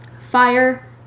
Fire